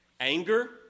Anger